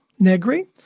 Negri